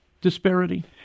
disparity